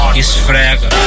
esfrega